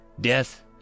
Death